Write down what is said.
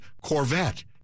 Corvette